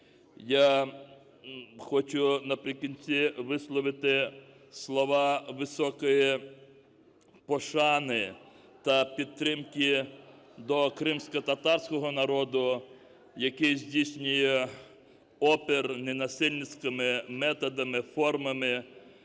Я хочу наприкінці висловити слова високої пошани та підтримки до кримськотатарського народу, який здійснює опір ненасильницькими методами, формами,